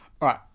right